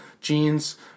jeans